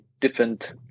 different